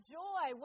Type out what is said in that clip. joy